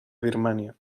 birmània